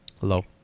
Hello